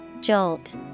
Jolt